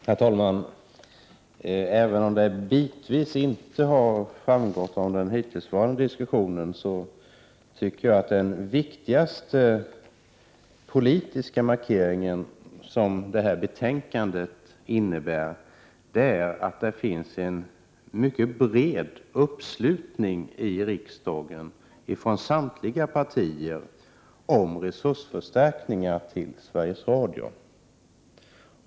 Herr talman! Även om det bitvis inte har framgått av den hittillsvarande diskussionen, tycker jag att den viktigaste politiska markeringen som det här betänkandet innebär är att det finns en mycket bred uppslutning i riksdagen från samtliga partiers sida om resursförstärkning till Sveriges Radio.